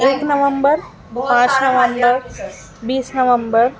ایک نومبر پانچ نومبر بیس نومبر